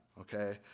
okay